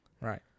Right